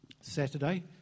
Saturday